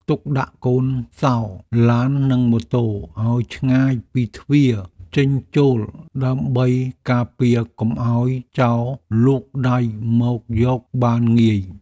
ទុកដាក់កូនសោរឡាននិងម៉ូតូឱ្យឆ្ងាយពីទ្វារចេញចូលដើម្បីការពារកុំឱ្យចោរលូកដៃមកយកបានងាយ។